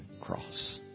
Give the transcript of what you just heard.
cross